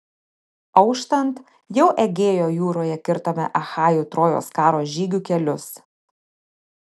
auštant jau egėjo jūroje kirtome achajų trojos karo žygių kelius